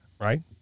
right